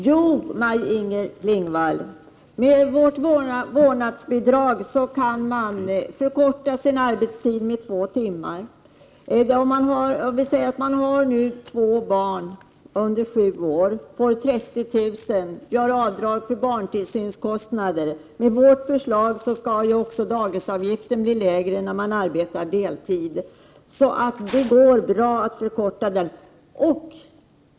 Herr talman! Jo, Maj-Inger Klingvall, om vårt förslag till vårdnadsbidrag förverkligas, kan man förkorta sin arbetstid med två timmar om dagen. Den som har två barn under sju år får alltså 30 000 kr. Dessutom får avdrag göras för barntillsynskostnader. Enligt vårt förslag blir dagisavgiften lägre för den som arbetar deltid. Det går således bra att genomföra en arbetstidsförkortning.